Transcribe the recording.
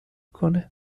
کنه